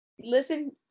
listen